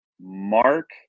Mark